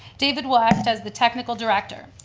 david will act as the technical director.